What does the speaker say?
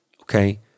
Okay